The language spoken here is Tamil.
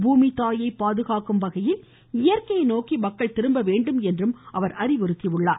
பூமித்தாயை பாதுகாக்கும் வகையில் இயற்கையை நோக்கி மக்கள் திரும்பவேண்டும் என்றும் அவர் அறிவுறுத்தினார்